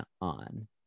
on